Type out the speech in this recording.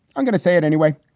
i'm gonna say it anyway.